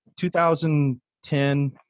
2010